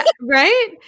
Right